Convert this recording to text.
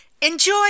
enjoy